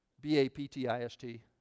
B-A-P-T-I-S-T